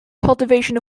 cultivation